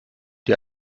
die